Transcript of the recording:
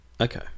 Okay